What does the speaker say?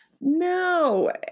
No